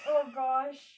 oh gosh